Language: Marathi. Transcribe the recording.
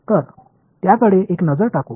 तर त्याकडे एक नजर टाकू